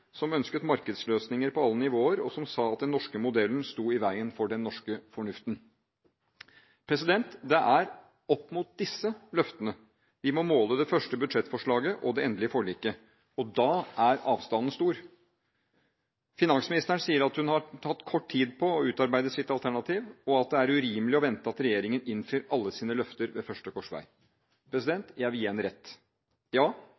som ønsket markedsløsninger på alle nivåer, og som sa at den norske modellen sto i veien for den norske fornuften. Det er opp mot disse løftene vi må måle det første budsjettforslaget og det endelige forliket, og da er avstanden stor. Finansministeren sier at hun har hatt kort tid på å utarbeide sitt alternativ, og at det er urimelig å vente at regjeringen innfrir alle sine løfter ved første korsvei. Jeg vil gi henne rett. Ja,